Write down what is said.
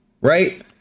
right